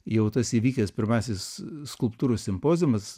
jau tas įvykęs pirmasis skulptūrų simpoziumas